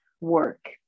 work